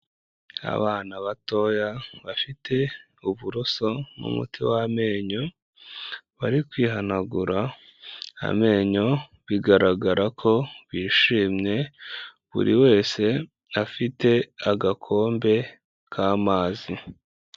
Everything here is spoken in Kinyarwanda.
Abana batoya bafite uburoso n'umuti w'amenyo, bari kwihanagura amenyo bigaragara ko bishimye, buri wese afite agakombe k'amazi.